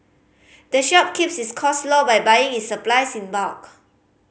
the shop keeps its cost low by buying its supplies in bulk